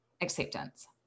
acceptance